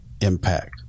impact